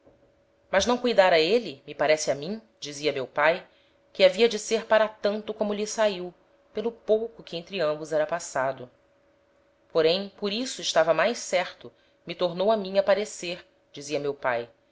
mas não cuidara êle me parece a mim dizia meu pae que havia de ser para tanto como lhe saiu pelo pouco que entre ambos era passado porém por isso estava mais certo me tornou a mim a parecer